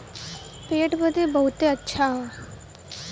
पेट बदे बहुते अच्छा हौ